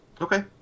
okay